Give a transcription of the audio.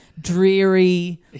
Dreary